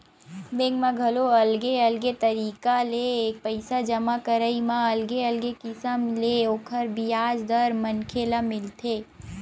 bank म घलो अलगे अलगे तरिका ले पइसा जमा करई म अलगे अलगे किसम ले ओखर बियाज दर मनखे ल मिलथे